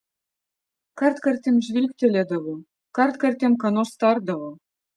kartkartėm žvilgtelėdavo kartkartėm ką nors tardavo